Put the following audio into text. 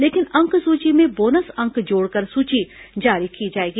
लेकिन अंकसूची में बोनस अंक जोड़कर सूची जारी की जाएगी